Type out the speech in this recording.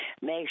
Make